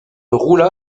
roula